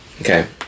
Okay